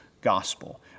gospel